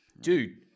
dude